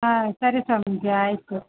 ಹಾಂ ಸರಿ ಸ್ವಾಮೀಜಿ ಆಯಿತು